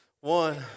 One